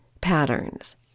patterns